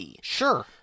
sure